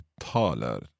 talar